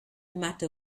matter